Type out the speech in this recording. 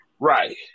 Right